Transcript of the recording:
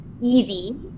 easy